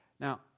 Now